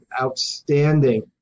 outstanding